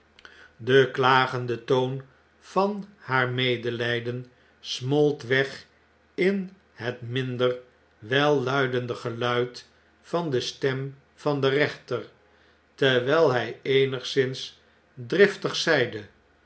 de klagende toon van haarmedelgdensmolt weg in het minder welluidende geluid van de stem van den rechter terwyl hij eenigszins driftig zeide